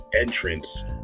entrance